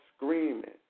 screaming